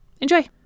Enjoy